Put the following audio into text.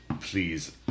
please